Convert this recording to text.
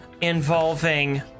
involving